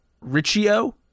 Riccio